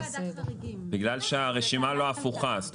בגלל שהרשימה לא הפוכה.